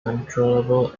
controllable